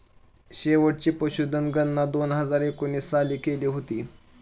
शेवटची पशुधन गणना दोन हजार एकोणीस साली केली होती